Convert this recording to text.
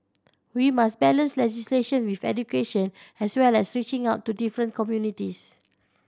we must balance legislation with education as well as reaching out to different communities